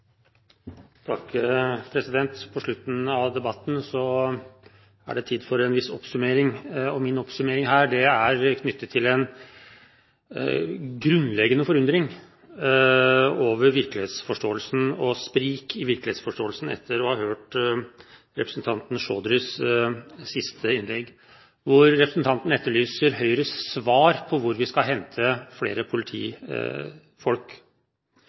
det tid for en viss oppsummering. Min oppsummering her er knyttet til en grunnleggende forundring over og spriket i virkelighetsforståelsen etter å ha hørt representanten Chaudhrys siste innlegg, der han etterlyser Høyres svar på hvor vi skal hente flere politifolk.